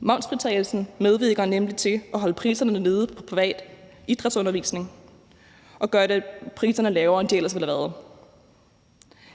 Momsfritagelsen medvirker nemlig til at holde priserne nede på privat idrætsundervisning, og det gør priserne lavere, end de ellers ville have været.